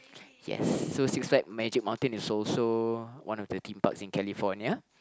yes so Six Flags Magic Mountain is also one of the theme parks in California